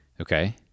Okay